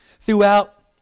throughout